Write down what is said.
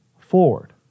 forward